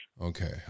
Okay